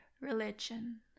religion